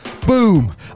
boom